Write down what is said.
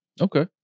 okay